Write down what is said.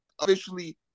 officially